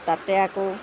তাতে আকৌ